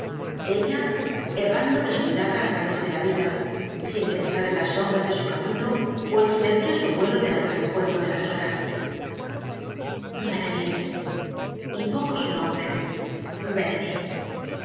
ella errando descuidada á través de la vida sin pensar en las sombras de su camino ó el silencioso vuelo del alado cuervo de las horas berenice invoco su nombre